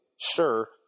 Sure